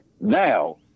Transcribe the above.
Now